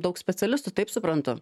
daug specialistų taip suprantu